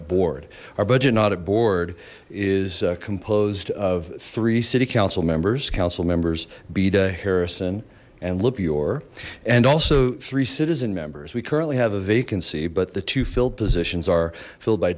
at board our budget not at board is composed of three city council members council members bida harrison and lippy or and also three citizen members we currently have a vacancy but the two filled positions are filled by